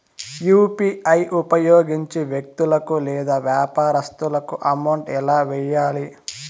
UPI ఉపయోగించి వ్యక్తులకు లేదా వ్యాపారస్తులకు అమౌంట్ ఎలా వెయ్యాలి